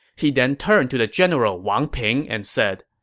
he then turned to the general wang ping and said,